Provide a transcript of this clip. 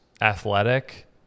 athletic